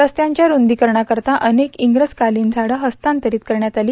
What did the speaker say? रस्त्यांच्या ठर्दीकरणाकरीता अनेक इंग्रजकालीन झाडं हस्तांतरीत करण्यात आली